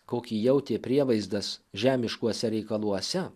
kokį jautė prievaizdas žemiškuose reikaluose